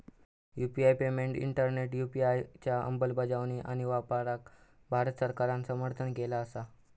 unified payments interface UPI च्या अंमलबजावणी आणि वापराक भारत सरकारान समर्थन केला असा